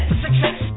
success